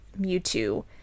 Mewtwo